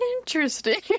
interesting